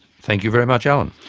thank you very much, alan.